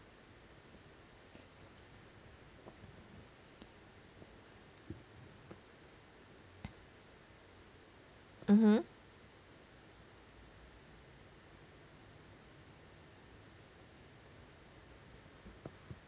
(uh huh)